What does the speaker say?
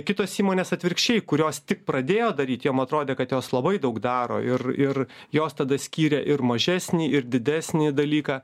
kitos įmonės atvirkščiai kurios tik pradėjo daryt jom atrodė kad jos labai daug daro ir ir jos tada skyrė ir mažesnį ir didesnį dalyką